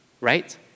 Right